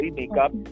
makeup